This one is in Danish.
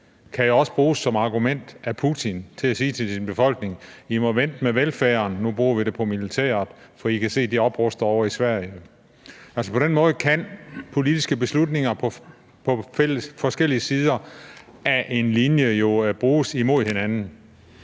også kan bruges som argument af Putin til at sige til sin befolkning: I må vente med velfærden, nu bruger vi det på militæret, for I kan se, at de opruster ovre i Sverige. På den måde kan politiske beslutninger på forskellige sider af en linje jo bruges mod hinanden.